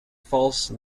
false